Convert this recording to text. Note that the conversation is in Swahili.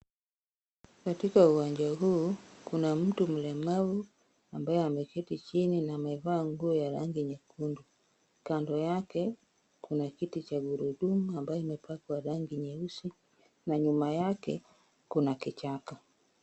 Katika uwanja huu kuna mtu mlemavu ambaye ameketi chini na amevaa nguo ya rangi nyekundu, kando yake kuna kiti cha gurudumu ambayo imepakwa rangi nyeusi na nyuma yake kuna kichaka.